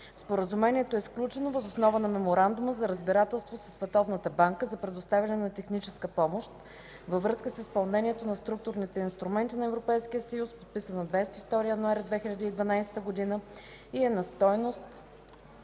Споразумението е сключено въз основа на Меморандума за разбирателство със Световната банка за предоставяне на техническа помощ във връзка с изпълнението на Структурните инструменти на Европейския съюз, подписан на 22 януари 2012 г., и е на стойност